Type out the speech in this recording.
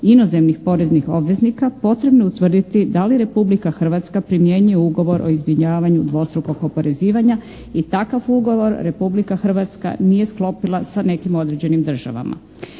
inozemnih poreznih obveznika potrebno je utvrditi da li Republika Hrvatska primjenjuje Ugovor o izbjegavanju dvostrukog oporezivanja i takav ugovor Republika Hrvatska nije sklopila sa nekim određenim državama.